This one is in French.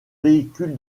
véhicule